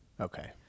Okay